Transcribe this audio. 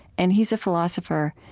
and he's a philosopher,